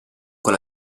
con